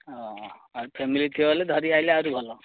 ଆଉ ଫ୍ୟାମିଲି ଥିବ ହେଲେ ଧରିକି ଆଇଲେ ଆହୁରି ଭଲ